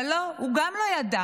אבל לא, הוא גם לא ידע.